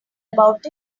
about